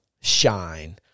shine